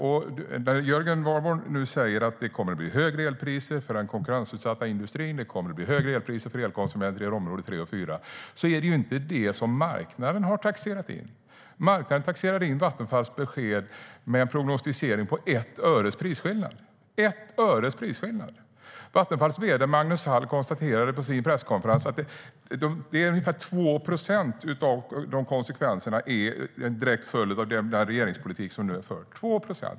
När Jörgen Warborn nu säger att det kommer att bli högre elpriser för den konkurrensutsatta industrin och högre elpriser för elkonsumenter i område 3 och 4 är det inte vad marknaden har taxerat in. Marknaden taxerade in Vattenfalls besked med en prognostisering på 1 öres prisskillnad. Vattenfalls vd Magnus Hall konstaterade på sin presskonferens att ungefär 2 procent av konsekvenserna är en direkt följd av den regeringspolitik som nu är förd.